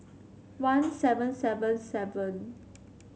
one seven seven seven